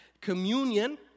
communion